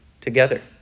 together